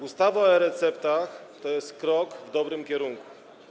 Ustawa o e-receptach to jest krok w dobrym kierunku.